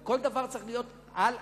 כל דבר צריך להיות על השולחן.